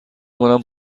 کنم